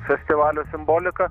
festivalio simbolika